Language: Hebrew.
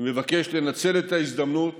אני מבקש לנצל את ההזדמנות